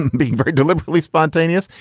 being very deliberately spontaneous.